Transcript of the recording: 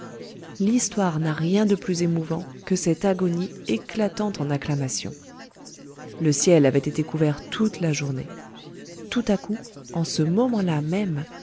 l'histoire n'a rien de plus émouvant que cette agonie éclatant en acclamations le ciel avait été couvert toute la journée tout à coup en ce moment-là même